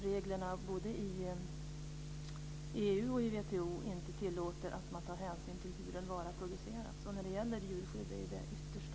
Reglerna i både EU och WTO tillåter inte att man tar hänsyn till hur en vara produceras. Det är ytterst allvarligt när det gäller djurskydd.